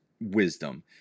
wisdom